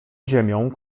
ziemią